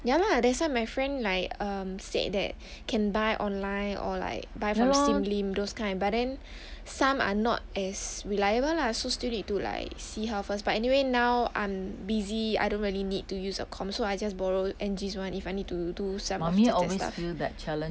ya lah that's why my friend like err said that can buy online or like buy from sim lim those kind but then some are not as reliable lah so still need to like see how first but anyway now I'm busy I don't really need to use a com so I just borrow angie's [one] if I need to do some of 姐姐 stuff